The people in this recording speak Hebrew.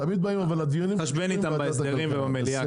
נתחשבן איתם בהסדרים ובמליאה.